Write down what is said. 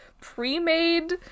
pre-made